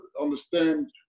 understand